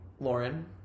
Lauren